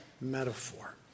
metaphor